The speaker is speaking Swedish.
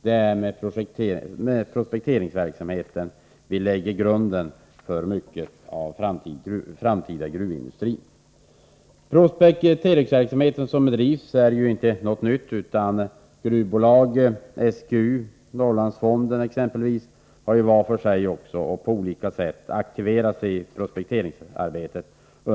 Vi lägger grunden till den framtida gruvindustrin bl.a. genom prospekteringsverksamhet. Den prospekteringsverksamhet som bedrivs är ju inte någonting nytt. Gruvbolag, SGU och Norrlandsfonden exempelvis har ju under många år på olika sätt varit aktiva i prospekteringsarbetet.